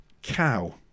Cow